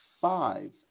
five